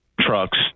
trucks